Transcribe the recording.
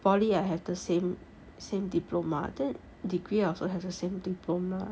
poly I have the same same diploma then degree I also has the same diploma